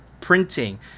printing